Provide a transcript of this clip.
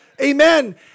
Amen